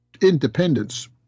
independence